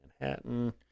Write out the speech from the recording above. Manhattan